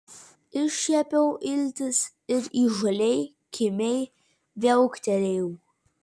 iššiepiau iltis ir įžūliai kimiai viauktelėjau